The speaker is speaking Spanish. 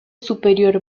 superior